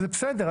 וזה בסדר,